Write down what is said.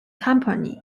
company